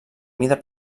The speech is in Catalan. mida